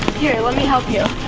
here, let me help you.